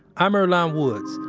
i'm earlonne woods.